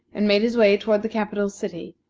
and made his way toward the capital city,